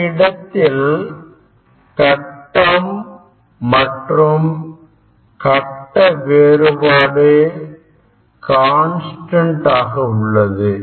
இந்த இடத்தில் கட்டம் மற்றும் கட்ட வேறுபாடு கான்ஸ்டன்ட் ஆக உள்ளது